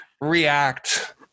react